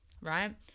right